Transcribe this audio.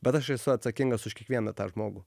bet aš esu atsakingas už kiekvieną tą žmogų